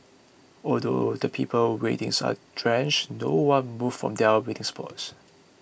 although the people waiting sir are drenched no one moved from their waiting spots